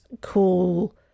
cool